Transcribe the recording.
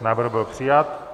Návrh byl přijat.